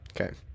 Okay